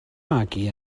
magu